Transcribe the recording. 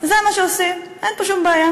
זה מה שעושים, אין פה שום בעיה.